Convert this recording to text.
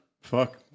Fuck